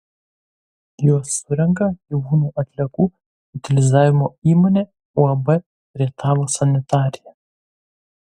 juos surenka gyvūnų atliekų utilizavimo įmonė uab rietavo sanitarija